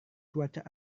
cuaca